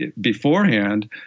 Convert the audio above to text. Beforehand